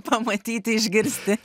pamatyti išgirsti